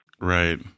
Right